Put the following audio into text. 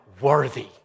worthy